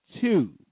two